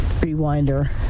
rewinder